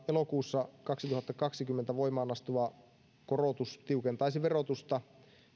elokuussa kaksituhattakaksikymmentä voimaan astuva korotus tiukentaisi verotusta